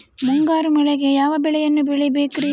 ಮುಂಗಾರು ಮಳೆಗೆ ಯಾವ ಬೆಳೆಯನ್ನು ಬೆಳಿಬೇಕ್ರಿ?